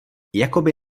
jakoby